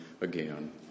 again